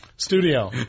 Studio